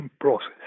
process